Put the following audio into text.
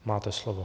Máte slovo.